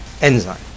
enzyme